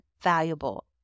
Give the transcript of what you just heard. valuable